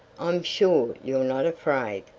i'm sure you're not afraid?